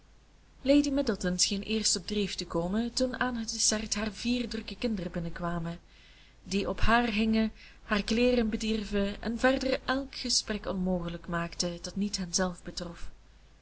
lady middleton scheen eerst op dreef te komen toen aan het dessert haar vier drukke kinderen binnenkwamen die op haar hingen haar kleeren bedierven en verder elk gesprek onmogelijk maakten dat niet henzelf betrof